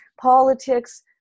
politics